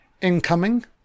incoming